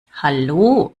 hallo